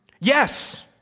Yes